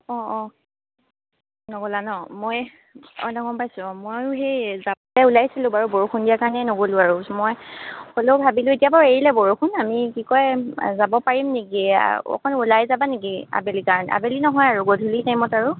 অঁ অঁ নগ'লা ন মই অঁ নহয় গম পাইছোঁ ময়ো সেই যাবলে ওলাইছিলোঁ বাৰু বৰষুণ দিয়া কাৰণে নগ'লো আৰু মই হ'লেও ভাবিলোঁ এতিয়া বাৰু এৰিলে বৰষুণ আমি কি কয় যাব পাৰিম নেকি অকণ ওলাই যাবা নেকি আবেলি কাৰণে আবেলি নহয় আৰু গধুলি টাইমত আৰু